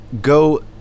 go